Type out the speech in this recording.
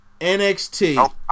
NXT